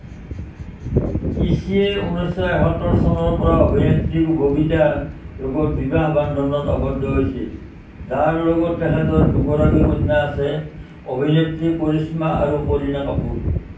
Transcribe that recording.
পিশীয়ে ঊনৈছশ একসত্তৰত চনৰ পৰা অভিনেত্ৰী ববিতাৰ লগত বিবাহ বন্ধনত আবদ্ধ হৈছিল যাৰ লগত তেখেতৰ দুগৰাকী কন্যা আছে অভিনেত্ৰী কৰিশ্মা আৰু কৰিনা কাপুৰ